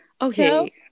Okay